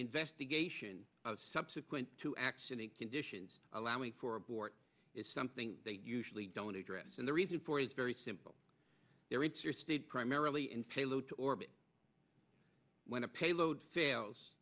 investigation subsequent to action and conditions allowing for abort is something they usually don't address and the reason for is very simple they're interested primarily in payload to orbit when a payload fails